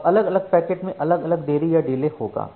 अब अलग अलग पैकेट में अलग अलग देरी या डिले होगा